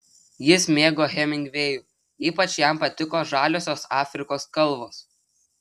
jis mėgo hemingvėjų ypač jam patiko žaliosios afrikos kalvos